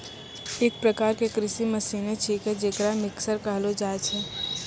एक प्रकार क कृषि मसीने छिकै जेकरा मिक्सर कहलो जाय छै